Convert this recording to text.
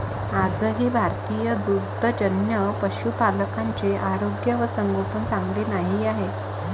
आजही भारतीय दुग्धजन्य पशुपालकांचे आरोग्य व संगोपन चांगले नाही आहे